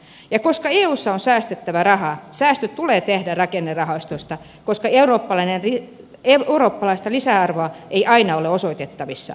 ja koska eussa on säästettävä rahaa säästöt tulee tehdä rakennerahastoista koska eurooppalaista lisäarvoa ei aina ole osoitettavissa